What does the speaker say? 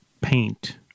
paint